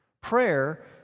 prayer